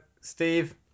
Steve